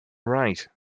right